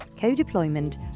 co-deployment